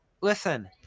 Listen